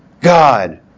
God